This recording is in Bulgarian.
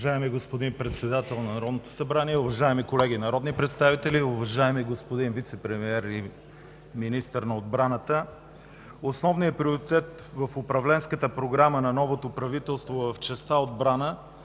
Уважаеми господин Председател на Народното събрание, уважаеми колеги народни представители, уважаеми господин Вицепремиер и Министър на отбраната! Основният приоритет в управленската програма на новото правителство в частта „Отбрана“